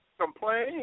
complain